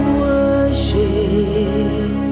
worship